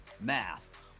math